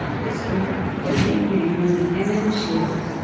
this group, whose nickname was the mm shield,